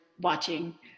watching